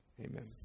Amen